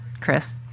Chris